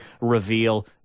reveal